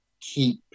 keep